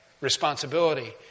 responsibility